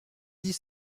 dix